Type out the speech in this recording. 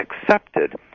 accepted